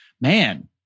man